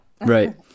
right